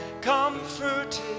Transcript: Comforted